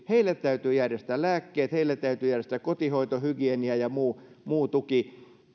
heille täytyy järjestää lääkkeet heille täytyy järjestää kotihoito hygienia ja muu muu tuki